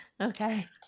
Okay